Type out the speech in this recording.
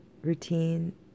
routine